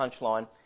punchline